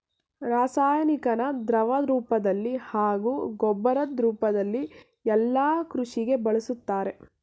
ರಾಸಾಯನಿಕನ ದ್ರವರೂಪ್ದಲ್ಲಿ ಹಾಗೂ ಗೊಬ್ಬರದ್ ರೂಪ್ದಲ್ಲಿ ಯಲ್ಲಾ ಕೃಷಿಗೆ ಬಳುಸ್ತಾರೆ